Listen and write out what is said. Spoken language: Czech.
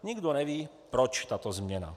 Nikdo neví, proč tato změna.